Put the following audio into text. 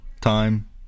time